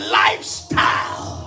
lifestyle